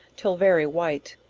till very white,